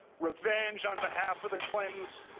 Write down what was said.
revenge on behalf of the clintons.